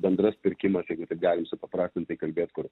bendras pirkimas jeigu taip galim supaprastinti kalbėt kur